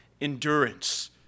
endurance